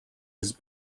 his